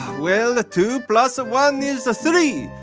well, ah two plus ah one is three.